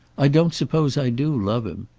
i don't suppose i do love him.